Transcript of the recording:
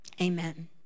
amen